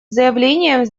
заявлением